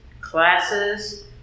classes